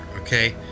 Okay